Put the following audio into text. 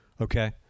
Okay